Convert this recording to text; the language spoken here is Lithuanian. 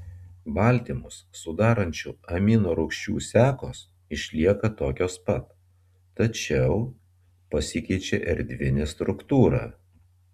baltymus sudarančių amino rūgčių sekos išlieka tokios pat tačiau pasikeičia erdvinė struktūra